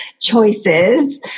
choices